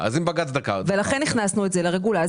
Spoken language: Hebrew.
לכן הכנסנו את זה לרגולציה.